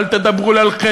אל תדברו לי על חסד,